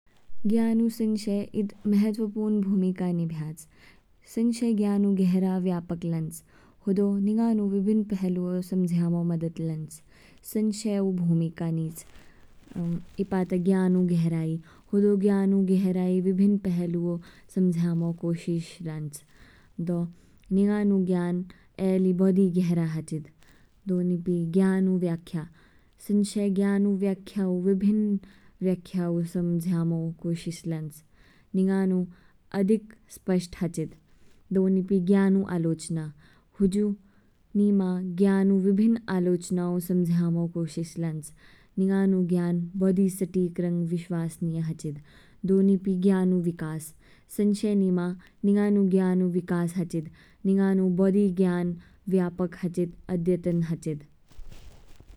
ज्ञानू संशय इद महत्वपूर्ण भूमिका निभ्याच। संशय ज्ञानू गहरा व्यापक लंज, होदो निगानू विभिन्न पहलू और समझयामो मदद लान्च। संशयो भूमिका निज, इपाता ज्ञानू गहराई। इपा तो ज्ञानू गहराई हो दो ज्ञयानु गहराई विभिन्न पहलूऊ समज्यामों कोशिश लान्च। दो निगानू ज्ञान ऐ लि बोदी गहरा हाचिद। दो निपी ज्ञानू व्याख्या। संशयू ज्ञानू व्याख्याऊ विभिन्न व्याख्याऊ समज्यामों कोशिश लंज, निगानु अधिक स्पष्ट हाचिद। दो नीपि ज्ञान ऊ आलोचना, हुजु निमा ज्ञान विभिन्न आलोचनाओ स्माझ्यामो कोशिश लांच, निंगानु ज्ञान बोदी सटीक रंग विश्वासनिय हाचिद। दो निपि ज्ञयाऊ विकास, संशय निमा निगानू बोदी ज्ञयाऊ व्यापक हाचिद अध्यतन हाचिद।